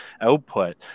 output